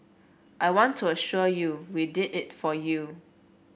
I want to assure you we did it for you